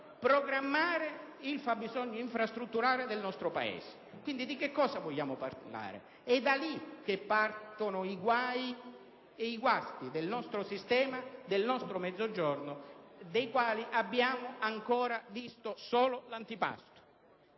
programmare il fabbisogno infrastrutturale del nostro Paese. Quindi, di che cosa vogliamo parlare? È da lì che partono i guai e i guasti del nostro sistema e del nostro Mezzogiorno, dei quali abbiamo ancora visto solo l'antipasto.